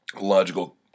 logical